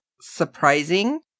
surprising